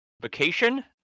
vacation